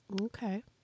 Okay